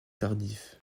tardif